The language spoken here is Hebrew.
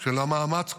של המאמץ כולו,